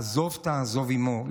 עזוב תעזוב עימו,